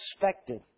expected